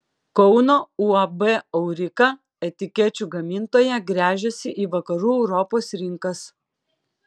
kauno uab aurika etikečių gamintoja gręžiasi į vakarų europos rinkas